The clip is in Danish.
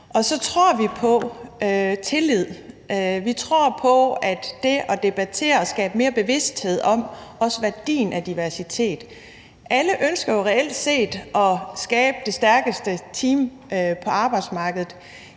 Og så tror vi på tillid. Vi tror på det at debattere og skabe mere bevidsthed om også værdien af diversitet. Alle ønsker jo reelt set at skabe det stærkeste team på arbejdsmarkedet.